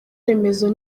remezo